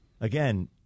again